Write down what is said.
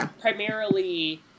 primarily